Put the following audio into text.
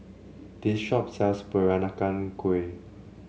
this shop sells Peranakan Kueh